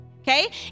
Okay